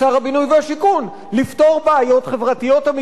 והשיכון: לפתור בעיות חברתיות אמיתיות,